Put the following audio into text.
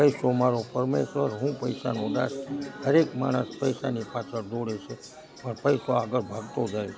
પૈસો મારો પરમેશ્વર હું પૈસાનો દાસ દરેક માણસ પૈસાની પાછળ દોડે છે પણ પૈસો આગળ ભાગતો જાય